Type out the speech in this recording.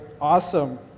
awesome